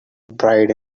bride